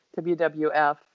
WWF